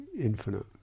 infinite